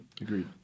Agreed